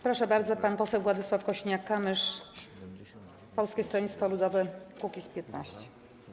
Proszę bardzo, pan poseł Władysław Kosiniak-Kamysz, Polskie Stronnictwo Ludowe - Kukiz15.